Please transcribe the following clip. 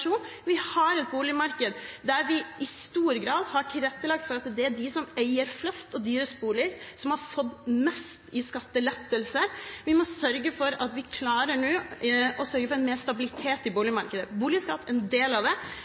spekulasjonen. Vi har et boligmarked der vi i stor grad har tilrettelagt for at det er de som eier flest og dyrest boliger, som har fått mest i skattelettelse. Vi må klare å sørge for mer stabilitet i boligmarkedet. Boligskatt er en del av det.